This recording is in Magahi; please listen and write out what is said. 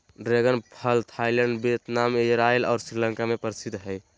ड्रैगन फल थाईलैंड वियतनाम, इजराइल और श्रीलंका में प्रसिद्ध हइ